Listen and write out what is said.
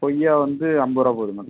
கொய்யா வந்து ஐம்பது ரூபா போகுது மேடம்